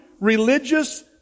religious